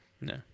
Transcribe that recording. No